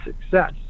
success